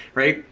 right,